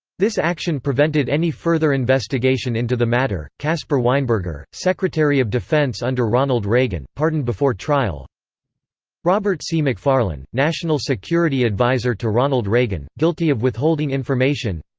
this action prevented any further investigation into the matter caspar weinberger, secretary of defense under ronald reagan, pardoned before trial robert c. mcfarlane, national security advisor to ronald reagan, guilty of withholding information,